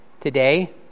today